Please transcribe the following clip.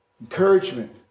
encouragement